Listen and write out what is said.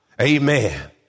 Amen